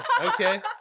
okay